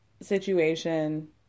situation